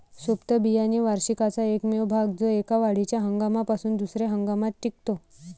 सुप्त बियाणे वार्षिकाचा एकमेव भाग जो एका वाढीच्या हंगामापासून दुसर्या हंगामात टिकतो